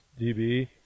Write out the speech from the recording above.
DB